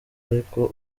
ariko